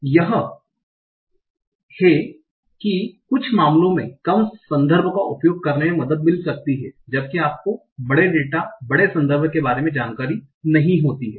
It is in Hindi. तो यह है कि कुछ मामलों में कम संदर्भ का उपयोग करने में मदद मिल सकती है जब भी आपको बड़े डेटा बड़े संदर्भ के बारे में जानकारी नहीं होती है